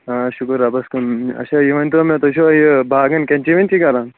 آ شُکُر رۄبَس کُن اَچھا یہِ ؤنۍتو مےٚ تُہۍ چھُوا یہِ باغن کٮ۪نچی وٮ۪نچی کَران